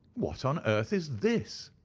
what on earth is this?